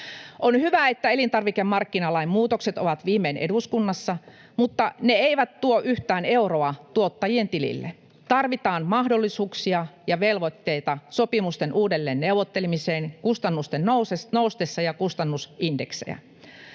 On hyvä, että elintarvikemarkkinalain muutokset ovat viimein eduskunnassa, mutta ne eivät tuo yhtään euroa tuottajien tilille. Tarvitaan mahdollisuuksia ja velvoitteita sopimusten uudelleenneuvottelemiseen kustannusten noustessa ja kustannusindeksejä.